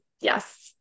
Yes